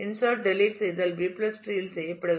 insert delete செய்தல் B tree இல் செய்யப்படுகிறது